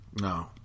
no